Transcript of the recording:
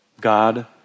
God